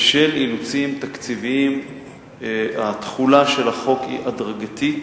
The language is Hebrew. בשל אילוצים תקציביים תחולת החוק היא הדרגתית.